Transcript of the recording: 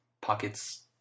pockets